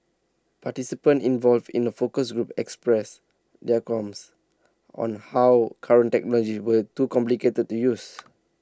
participants involved in the focus groups expressed their qualms on how current technologies were too complicated to use